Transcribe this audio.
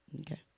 Okay